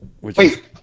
wait